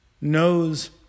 knows